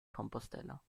compostela